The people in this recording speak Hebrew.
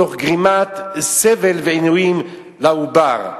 תוך גרימת סבל ועינויים לעובר.